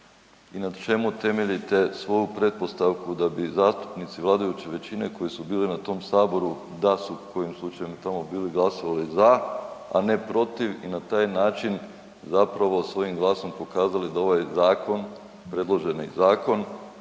na čemu temeljite svoju pretpostavku da bi zastupnici vladajuće većine koji su bili na tom saboru da su kojim slučajem tamo bili glasovali za, a ne protiv i na taj način zapravo svojim glasom pokazali da ovaj zakon, predloženi zakon